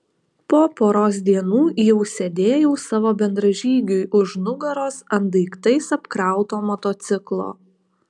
po poros dienų jau sėdėjau savo bendražygiui už nugaros ant daiktais apkrauto motociklo